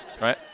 right